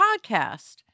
podcast